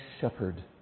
shepherd